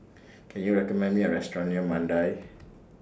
Can YOU recommend Me A Restaurant near Mandai